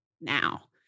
now